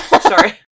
Sorry